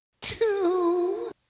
two